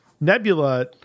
Nebula